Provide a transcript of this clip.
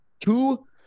two